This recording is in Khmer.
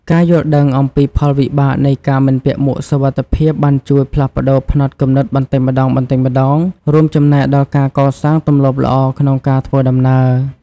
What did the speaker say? ការយល់ដឹងអំពីផលវិបាកនៃការមិនពាក់មួកសុវត្ថិភាពបានជួយផ្លាស់ប្តូរផ្នត់គំនិតបន្តិចម្តងៗ រួមចំណែកដល់ការកសាងទម្លាប់ល្អក្នុងការធ្វើដំណើរ។